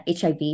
HIV